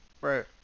Right